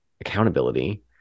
accountability